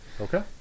Okay